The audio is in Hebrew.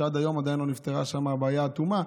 עד היום עדיין לא נפתרה שם הבעיה עד תומה.